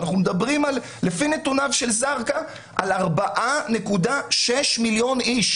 אנחנו מדברים על לפי נתונים של זרקא 4.6 מיליון אנשים.